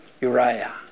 Uriah